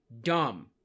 Dumb